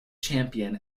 champion